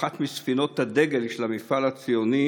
אחת מספינות הדגל של המפעל הציוני